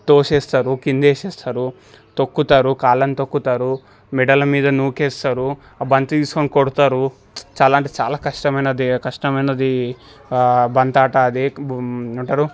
తోసేస్తారు కింద వేసేస్తారు తొక్కుతారు కాళ్ళని తొక్కుతారు మెడలమీద నూకేస్తారు బంతి తీసుకొని కొడుతారు చాలా అంటే చాలా కష్టమైనదే కష్టమైనది బంతి ఆట అది ఏమంటారు